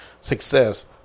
success